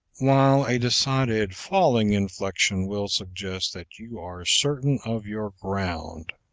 while a decided falling inflection will suggest that you are certain of your ground.